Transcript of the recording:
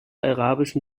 arabischen